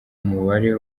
umubare